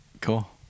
cool